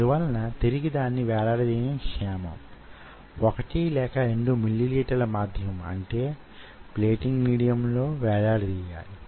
అందువల్ల యిది micro electro mechanical systems లేక MEMS ఆధారిత సిస్టమ్స్ క్రిందకు వస్తుంది